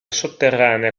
sotterranea